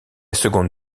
seconde